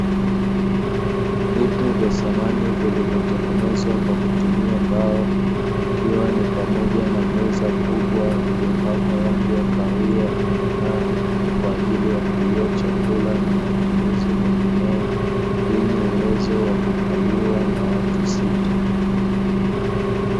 Vitu vya samani vilivyotengenezwa kwa kutumia mbao, ikiwa ni pamoja na meza kubwa iliyopakwa rangi ya kahawia inayong'aa kwa ajili ya kulia chakula na matumizi mengineyo, yenye uwezo wa kukaliwa na watu sita.